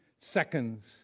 seconds